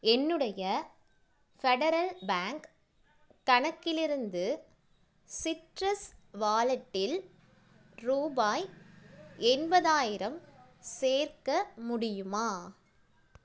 என்னுடைய Federal Bank கணக்கிலிருந்து Citrus வாலெட்டில் ரூபாய் எண்பதாயிரம் சேர்க்க முடியுமா